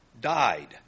died